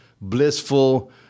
blissful